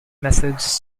methods